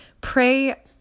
pray